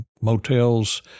motels